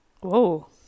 whoa